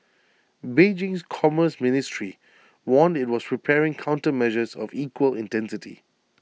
Beijing's commerce ministry warned IT was preparing countermeasures of equal intensity